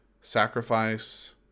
Sacrifice